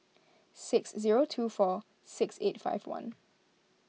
six zero two four six eight five one